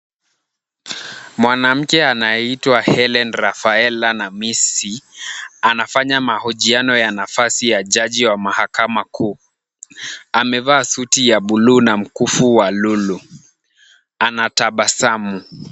Mwanamke anayeitwa Helene Rafaela Namisi anafanya mahojiano ya nafasi ya jaji wa mahakama kuu. Amevaa suti ya bluu na mkufu wa lulu anatabasamu.